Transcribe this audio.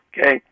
Okay